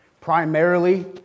Primarily